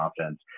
offense